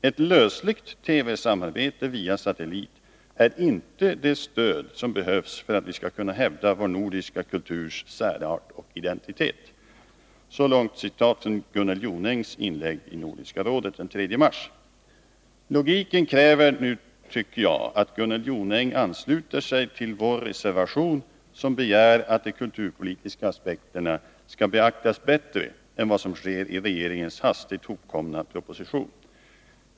— Ett lösligt TV-samarbete via satellit är inte det stöd som behövs för att vi skall kunna hävda vår nordiska kulturs särart och identitet.” Logiken kräver, tycker jag, att Gunnel Jonäng stöder vår reservation, där det begärs att de kulturpolitiska aspekterna skall beaktas bättre än vad som sker i regeringens hastigt hopkomna proposition.